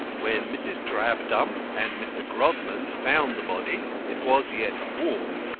when mrs. drabdump and mr. grodman found the body it was yet warm,